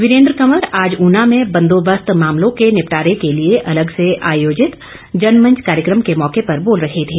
वीरेन्द्र कंवर आज ऊना में बंदोबस्त मामलों के निपटारे के लिए अलग से आयोजित जनमंच कार्यक्रम के मौके पर बोल रहे थे